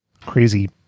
crazy